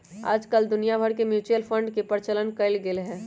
आजकल दुनिया भर में म्यूचुअल फंड के प्रचलन कइल गयले है